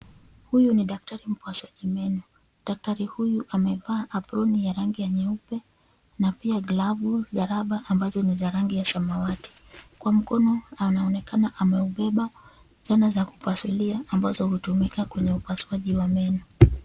Huyu ni daktari mpasuaji meno. Daktari huyu amevaa aproni ya rangi ya nyeupe na pia glavu za rubber ambazo ni za rangi ya samawati. Kwa mkono anaonekana ameubeba zana za kupasulia ambazo hutumika kwenye upasuaji wa meno.